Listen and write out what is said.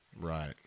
Right